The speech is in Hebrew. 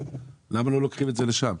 למה לא לוקחים את זה לשם?